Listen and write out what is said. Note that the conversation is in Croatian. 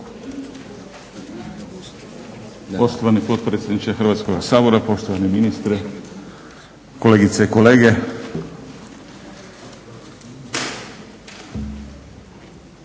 Poštovani potpredsjedniče Hrvatskog sabora, poštovani ministre, kolegice i kolege.